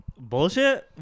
bullshit